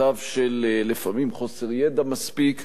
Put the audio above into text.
מצב לפעמים של חוסר ידע מספיק,